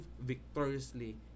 victoriously